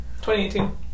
2018